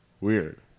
weird